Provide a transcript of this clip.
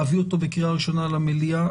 להביא אותו בקריאה ראשונה למליאה,